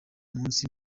munsi